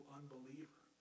unbeliever